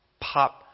pop